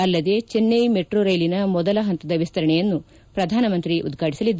ಅಲ್ಲದೇ ಚೆನ್ನೈ ಮೆಟ್ರೋ ರೈಲಿನ ಮೊದಲ ಹಂತದ ವಿಸ್ತರಣೆಯನ್ನು ಪ್ರಧಾನಮಂತ್ರಿ ಉದ್ವಾಟಿಸಲಿದ್ದಾರೆ